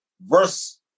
Verse